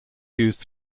used